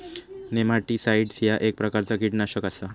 nematicides ह्या एक प्रकारचा कीटकनाशक आसा